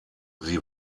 sie